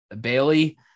Bailey